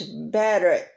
better